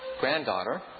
granddaughter